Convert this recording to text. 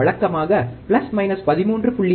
வழக்கமாக plus minus 13